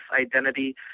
identity